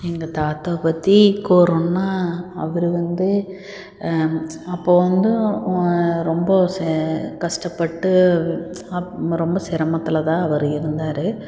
எங்கள் தாத்தா பற்றி கூறணுன்னா அவர் வந்து அப்போ வந்து ரொம்ப கஷ்டப்பட்டு அப் ரொம்ப சிரமத்துல தான் அவர் இருந்தார்